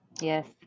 yes